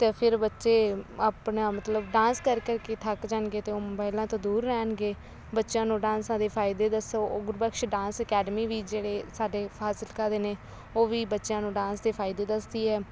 ਅਤੇ ਫਿਰ ਬੱਚੇ ਆਪਣਾ ਮਤਲਬ ਡਾਂਸ ਕਰ ਕਰਕੇ ਥੱਕ ਜਾਣਗੇ ਅਤੇ ਉਹ ਮੋਬਾਈਲਾਂ ਤੋਂ ਦੂਰ ਰਹਿਣਗੇ ਬੱਚਿਆਂ ਨੂੰ ਡਾਂਸਾਂ ਦੇ ਫਾਇਦੇ ਦੱਸੋ ਉਹ ਗੁਰਬਖਸ਼ ਡਾਂਸ ਅਕੈਡਮੀ ਵੀ ਜਿਹੜੇ ਸਾਡੇ ਫਾਜ਼ਿਲਕਾ ਦੇ ਨੇ ਉਹ ਵੀ ਬੱਚਿਆਂ ਨੂੰ ਡਾਂਸ ਦੇ ਫਾਇਦੇ ਦੱਸਦੀ ਹੈ